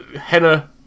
Henna